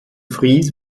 fries